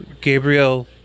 Gabriel